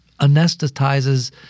anesthetizes